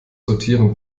sortieren